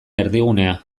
erdigunea